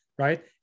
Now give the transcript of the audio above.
right